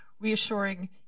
reassuring